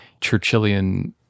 Churchillian